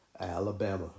Alabama